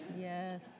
Yes